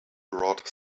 brought